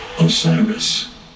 Osiris